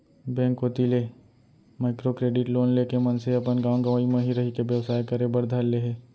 bank कोती ले micro credit loan लेके मनसे अपन गाँव गंवई म ही रहिके बेवसाय करे बर धर ले हे